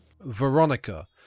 Veronica